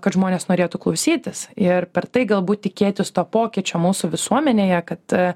kad žmonės norėtų klausytis ir per tai galbūt tikėtis to pokyčio mūsų visuomenėje kad